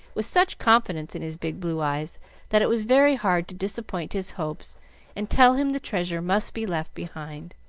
with such confidence in his big blue eyes that it was very hard to disappoint his hopes and tell him the treasure must be left behind.